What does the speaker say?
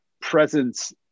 presence